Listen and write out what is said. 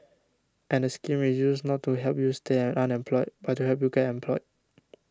and the scheme is used not to help you stay unemployed but help you get employed